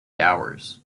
hours